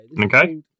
Okay